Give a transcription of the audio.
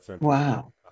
Wow